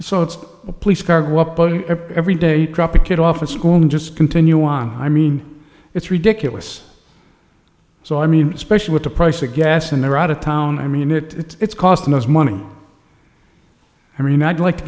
so it's a police car go up every day you drop a kid off at school and just continue on i mean it's ridiculous so i mean especially with the price of gas and they're out of town i mean it it's costing us money i mean i'd like to